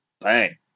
bang